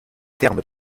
terme